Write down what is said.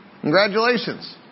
Congratulations